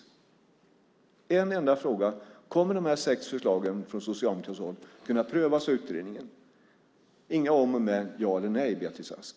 Det är en enda fråga: Kommer dessa sex förslag från socialdemokratiskt håll att kunna prövas av utredningen? Kom inte med några om och med utan ett ja eller ett nej, Beatrice Ask!